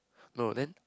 no then